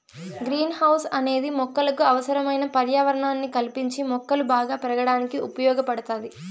green house అనేది మొక్కలకు అవసరమైన పర్యావరణాన్ని కల్పించి మొక్కలు బాగా పెరగడానికి ఉపయోగ పడుతాది